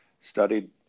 studied